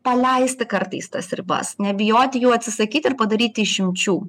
paleisti kartais tas ribas nebijoti jų atsisakyti ir padaryti išimčių